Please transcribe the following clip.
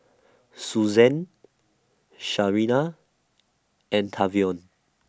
Suzanne Sarina and Tavion